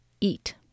eat